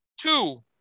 Two